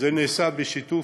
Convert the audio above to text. זה נעשה בשיתוף,